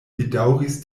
bedaŭris